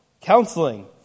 Counseling